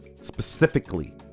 specifically